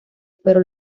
pero